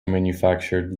manufactured